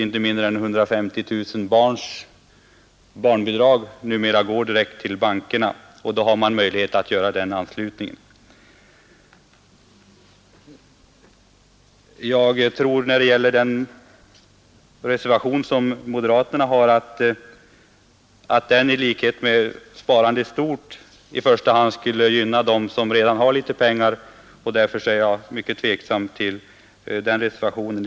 Inte mindre än 150 000 barnbidrag sätts numera direkt in på banken, och då har man möjlighet att göra en sådan anslutning. Moderaternas reservation skulle i första hand gynna dem som redan har litet pengar, och därför är jag liksom herr Kristenson mycket tveksam till den reservationen.